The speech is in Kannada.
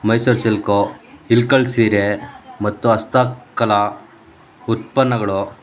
ಮೈಸೂರು ಸಿಲ್ಕು ಇಳ್ಕಲ್ ಸೀರೆ ಮತ್ತು ಹಸ್ತಕಲಾ ಉತ್ಪನ್ನಗಳು